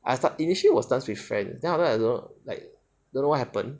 I start initially was dance with friends then after that I don't know like don't know what happen